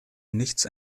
nichts